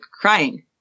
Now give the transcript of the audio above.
crying